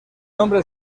nombre